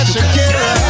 Shakira